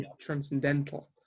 transcendental